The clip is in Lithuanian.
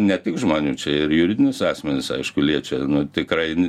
ne tik žmonių čia ir juridinius asmenis aišku liečia nu tikrai